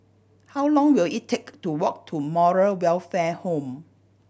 how long will it take to walk to Moral Welfare Home